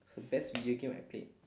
it's the best video game I've played